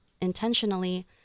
intentionally